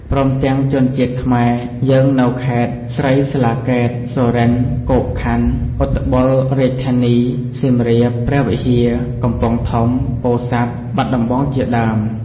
ព្រមទាំងជនជាតិខ្មែរយើងនៅខេត្តស្រីស្លាកែត សុរិន្ទ្រ គោកខណ្ឌ ឧត្បលរាជធានី សៀមរាប ព្រះវិហារ កំពង់ធំ ពោធិ៍សាត់ បាត់ដំបងជាដើម។